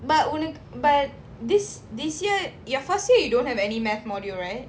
but wouldn't but this this year your first year you don't have any math module right